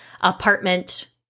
apartment